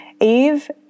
Eve